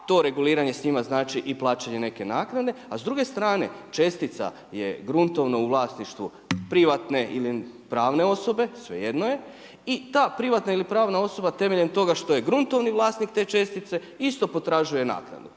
to reguliranje s njima znači i plaćanje neke naknade. A s druge strane čestica je gruntovno u vlasništvu privatne ili pravne osobe, svejedno je, i ta privatna ili pravna osoba temeljem toga što je gruntovni vlasnik te čestice isto potražuje naknadu.